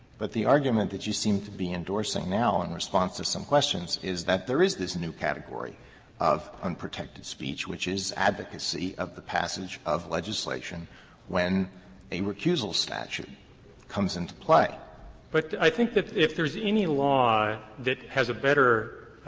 but the argument that you seem to be endorsing now in response to some questions is that there is this new category of unprotected speech, which is advocacy of the passage of legislation when a recusal statute comes into play. elwood but i think that if there's any law that has a better